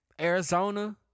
Arizona